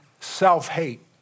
self-hate